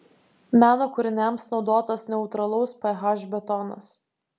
meno kūriniams naudotas neutralaus ph betonas